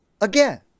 again